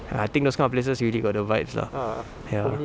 I think those kind of places really got the vibes ah ya